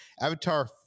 Avatar